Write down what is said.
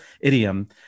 idiom